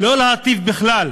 - לא להיטיב בכלל,